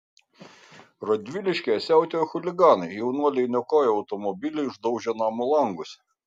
radviliškyje siautėjo chuliganai jaunuoliai niokojo automobilį išdaužė namo langus